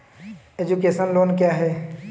Education loan क्या होता है?